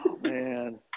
man